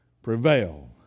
Prevail